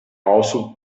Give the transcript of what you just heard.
also